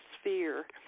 sphere